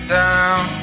down